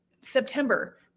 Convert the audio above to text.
September